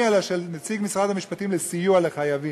אלא של נציג משרד המשפטים לסיוע לחייבים.